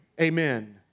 amen